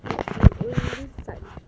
you only sun